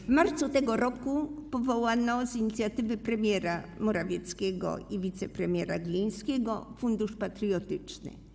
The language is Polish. W marcu tego roku powołano z inicjatywy premiera Morawieckiego i wicepremiera Glińskiego Fundusz Patriotyczny.